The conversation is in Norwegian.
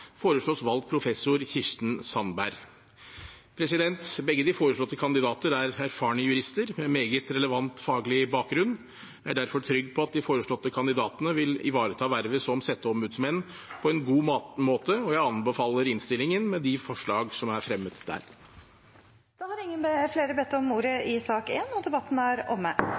foreslås valgt professor Kirsten Sandberg. Begge de foreslåtte kandidater er erfarne jurister med meget relevant faglig bakgrunn. Jeg er derfor trygg på at de foreslåtte kandidatene vil ivareta vervet som setteombudsmenn på en god måte. Jeg anbefaler innstillingen med de forslag som er fremmet der. Flere har ikke bedt om ordet i sak nr. 1. Ingen har bedt om ordet. Etter ønske fra transport- og